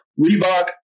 Reebok